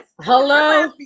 Hello